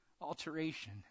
alteration